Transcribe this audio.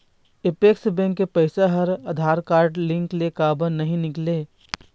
Apex bank के पैसा हा आधार कारड लिंक ले काबर नहीं निकले?